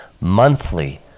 monthly